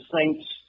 Saints